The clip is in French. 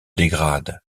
dégrade